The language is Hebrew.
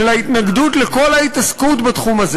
של ההתנגדות לכל ההתעסקות בתחום הזה